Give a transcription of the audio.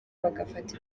bagafata